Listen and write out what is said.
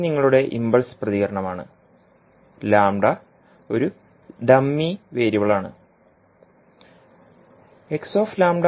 നിങ്ങളുടെ ഇംപൾസ് പ്രതികരണമാണ് ഒരു ഡമ്മി വേരിയബിളാണ് എന്നത് ആണ്